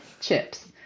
chips